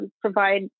provide